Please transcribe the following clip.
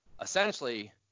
essentially